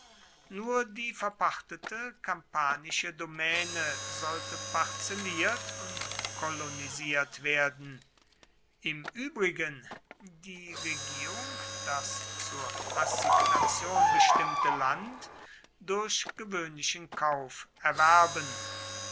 nur die verpachtete kampanische domäne sollte parzelliert und kolonisiert werden im übrigen die regierung das zur assignation bestimmte land durch gewöhnlichen kauf erwerben